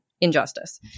injustice